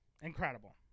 incredible